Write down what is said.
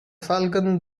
falcon